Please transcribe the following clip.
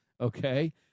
okay